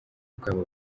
bwabo